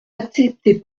acceptez